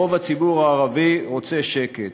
רוב הציבור הערבי רוצה שקט,